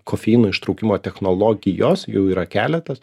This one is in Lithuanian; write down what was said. kofeino ištraukimo technologijos jų yra keletas